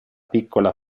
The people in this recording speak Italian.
piccola